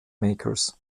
makers